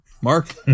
Mark